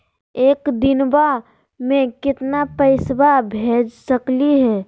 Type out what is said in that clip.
एक दिनवा मे केतना पैसवा भेज सकली हे?